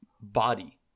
body